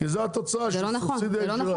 כי זאת התוצאה של סובסידיה ישירה.